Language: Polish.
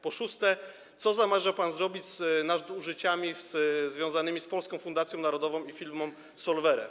Po szóste: Co zamierza pan zrobić z nadużyciami związanymi z Polską Fundacją Narodową i firmą Solvere?